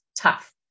tough